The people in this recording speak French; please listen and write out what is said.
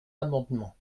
amendement